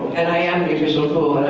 and i am the official